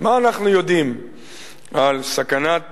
מה אנחנו יודעים על סכנת